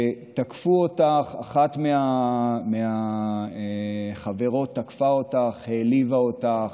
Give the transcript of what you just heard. שתקפו אותך, אחת מהחברות תקפה אותך, העליבה אותך,